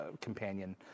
Companion